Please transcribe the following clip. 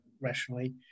rationally